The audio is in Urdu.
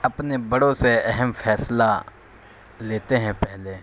اپنے بڑوں سے اہم فیصلہ لیتے ہیں پہلے